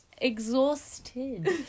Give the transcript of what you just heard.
Exhausted